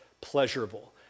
pleasurable